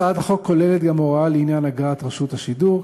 הצעת החוק כוללת הוראה לעניין אגרת רשות השידור.